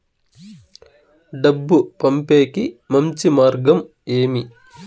డబ్బు పంపేకి మంచి మార్గం ఏమి